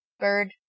bird